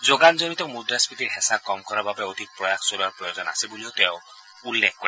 যোগানজনিত মুদ্ৰাক্ষীতিৰ হেঁচা কম কৰাৰ বাবে অধিক প্ৰয়াস চলোৱাৰ প্ৰয়োজন আছে বুলিও তেওঁ উল্লেখ কৰে